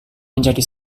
menjadi